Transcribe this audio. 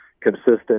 consistent